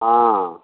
हँ